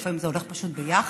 לפעמים זה הולך פשוט ביחד,